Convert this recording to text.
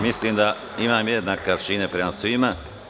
Mislim da imam jednake aršine prema svima.